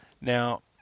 Now